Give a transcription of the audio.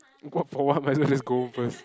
walk for what might as well just go home first